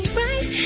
right